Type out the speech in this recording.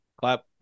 Clap